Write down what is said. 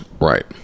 Right